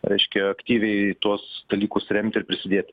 reiškia aktyviai tuos dalykus remti ir prisidėti